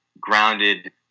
grounded